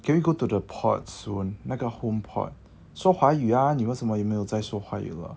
can we go to the port soon 那个 home port 说华语啊你为什么又没有在说华语了